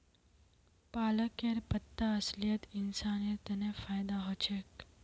पालकेर पत्ता असलित इंसानेर तन फायदा ह छेक